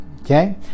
okay